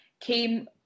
came